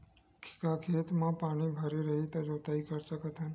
का खेत म पानी भरे रही त जोताई कर सकत हन?